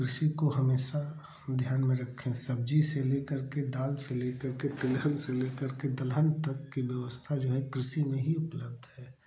कृषि को हमेशा ध्यान में रखें सब्जी से लेकर के दाल से लेकर के तिलहन से लेकर के दलहन तक की व्यवस्था जो है कृषि में ही उपलब्ध है